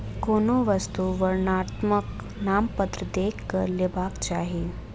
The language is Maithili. कोनो वस्तु वर्णनात्मक नामपत्र देख के लेबाक चाही